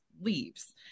leaves